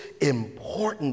important